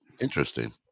interesting